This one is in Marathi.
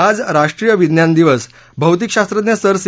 आज राष्ट्रीय विज्ञान दिवस भौतिकशास्त्रज्ञ सर सी